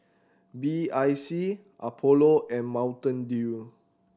B I C Apollo and Mountain Dew